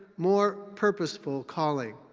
more purposeful calling.